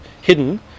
hidden